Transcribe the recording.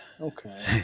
Okay